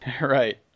Right